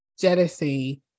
jealousy